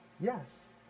yes